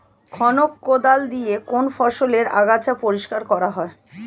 খনক কোদাল দিয়ে কোন ফসলের আগাছা পরিষ্কার করা হয়?